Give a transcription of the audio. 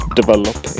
develop